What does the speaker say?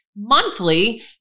monthly